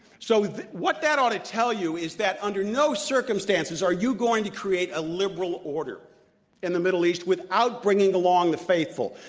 so what that ought to tell you is that under no circumstances are you going to create a liberal order in the middle east without bringing along the faithful.